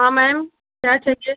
हाँ मैम क्या चाहिए